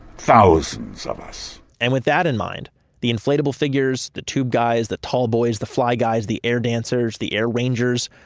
thousands of us. and with that in mind the inflatable figures, the tube guys, the tall boys, the fly guys, the air dancers, the air rangers,